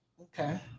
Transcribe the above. Okay